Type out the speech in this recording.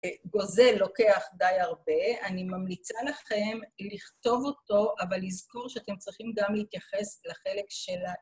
גוזל לוקח די הרבה, אני ממליצה לכם לכתוב אותו אבל לזכור שאתם צריכים גם להתייחס לחלק של ה...